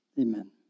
Amen